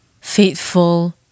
faithful